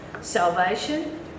salvation